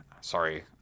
sorry